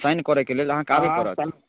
sign करैके लेल अहाँके आबऽ पड़त